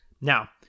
Now